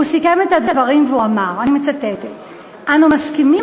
הוא סיכם את הדברים והוא אמר: "אנו מסכימים